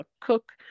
cook